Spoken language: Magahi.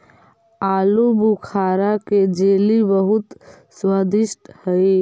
आलूबुखारा के जेली बहुत स्वादिष्ट हई